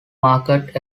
market